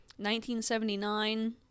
1979